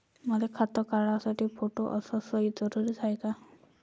मले खातं काढासाठी फोटो अस सयी जरुरीची हाय का?